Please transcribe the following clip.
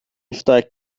steigt